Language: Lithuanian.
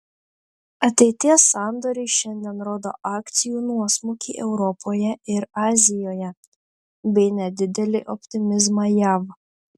ateities sandoriai šiandien rodo akcijų nuosmukį europoje ir azijoje bei nedidelį optimizmą jav